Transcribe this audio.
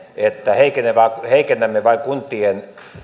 että heikennämme vain kuntien